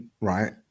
right